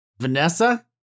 Vanessa